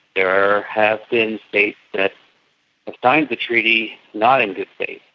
there have been states that have signed the treaty not in good faith.